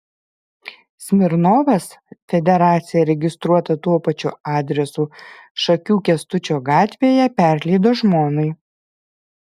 smirnovas federaciją registruotą tuo pačiu adresu šakių kęstučio gatvėje perleido žmonai